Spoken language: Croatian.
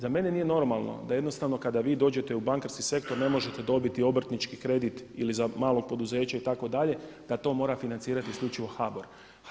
Za mene nije normalno da jednostavno kada vi dođete u bankarski sektor ne možete dobiti obrtnički kredit ili za malo poduzeće itd., da to mora financirati isključivo HBOR.